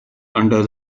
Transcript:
under